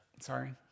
sorry